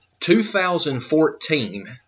2014